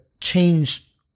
change